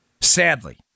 Sadly